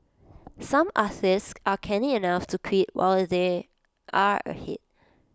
some artists are canny enough to quit while they are ahead